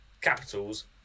capitals